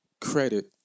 credit